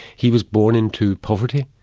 he was born into poverty,